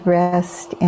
rest